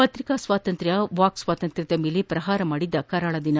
ಪ್ರತಿಕಾ ಸ್ನಾತಂತ್ರ್ತ ವಾಕ್ ಸ್ನಾತಂತ್ರ್ವದ ಮೇಲೆ ಪ್ರಹಾರ ಮಾಡಿದ್ದ ಕರಾಳ ದಿನ